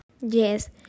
Yes